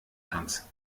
tanz